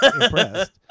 impressed